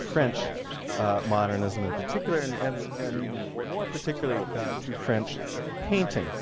french modernism in particular, and and and more particularly to french painting.